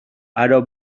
aro